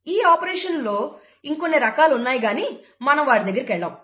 ఈ ఆపరేషన్లలో ఇంకొన్ని రకాలు ఉన్నాయి కానీ మనం వాటి దగ్గరకు వెళ్ళము